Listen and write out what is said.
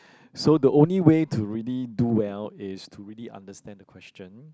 so the only way to really do well is to really understand the question